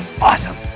awesome